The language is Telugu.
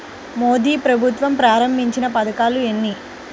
మోదీ ప్రభుత్వం ప్రారంభించిన పథకాలు ఎన్ని?